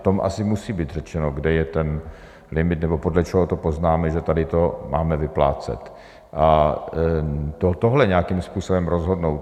V tom asi musí být řečeno, kde je ten limit nebo podle čeho poznáme, že tady to máme vyplácet, a tohle nějakým způsobem rozhodnout.